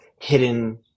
hidden